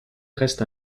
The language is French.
reste